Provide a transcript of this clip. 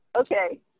Okay